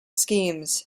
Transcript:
schemes